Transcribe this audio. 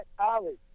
college